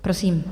Prosím.